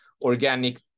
organic